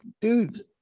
dude